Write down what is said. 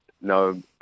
no